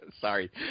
Sorry